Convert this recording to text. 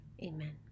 Amen